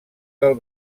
del